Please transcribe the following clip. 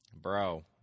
bro